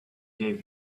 gave